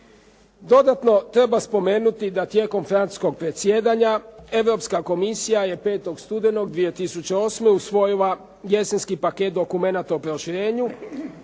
Dodatno, treba spomenuti da tijekom francuskog predsjedanja Europska komisija je 5. studenog 2008. usvojila "jesenski paket dokumenata o proširenju",